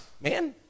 Man